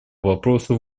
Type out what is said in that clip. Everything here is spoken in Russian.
вопросу